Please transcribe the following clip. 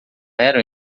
eram